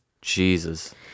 Jesus